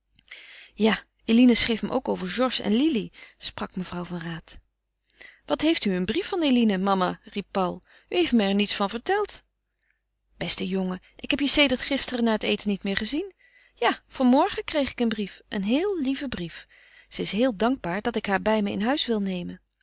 ja eline schreef me ook over georges en lili sprak mevrouw van raat wat heeft u een brief van eline mama riep paul u heeft me er niets van verteld beste jongen ik heb je sedert gisteren na het eten niet meer gezien ja van morgen kreeg ik een brief een heel lieven brief ze is heel dankbaar dat ik haar bij me in huis wil nemen